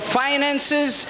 finances